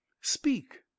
Speak